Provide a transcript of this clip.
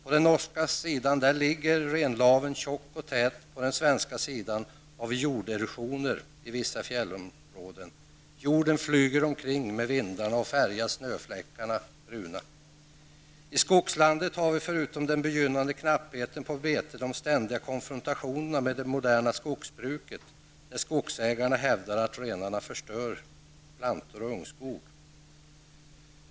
På den norska sidan ligger renlaven tjock och tät. På den svenska sidan har vi jorderosioner i vissa fjällområden. Jorden flyger omkring med vindarna och färgar snöfläckarna bruna. I skogslandet har vi förutom den begynnande knappheten på bete de ständiga konfrontationerna med det moderna skogsbruket, där skogsägarna hävdar att renen förstör plantor och ungskog.